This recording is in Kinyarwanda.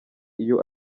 iyo